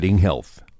health